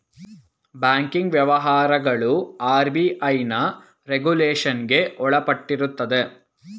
ಬ್ಯಾಂಕಿನ ವ್ಯವಹಾರಗಳು ಆರ್.ಬಿ.ಐನ ರೆಗುಲೇಷನ್ಗೆ ಒಳಪಟ್ಟಿರುತ್ತದೆ